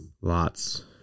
Lots